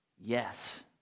Yes